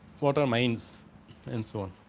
what a minds and so on.